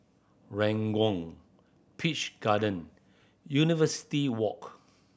Ranggung Peach Garden University Walk